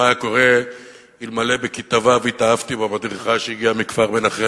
מה היה קורה אלמלא התאהבתי בכיתה ו' במדריכה שהגיעה אלינו,